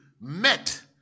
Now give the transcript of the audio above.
met